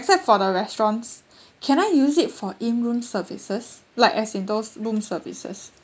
except for the restaurants can I use it for in room services like as in those room services